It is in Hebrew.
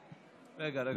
רגע.